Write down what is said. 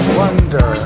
wonder